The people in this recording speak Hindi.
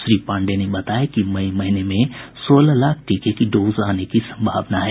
श्री पांडेय ने बताया की मई महीने में सोलह लाख टीके की डोज आने की सम्भावना है